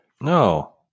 No